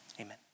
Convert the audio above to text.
Amen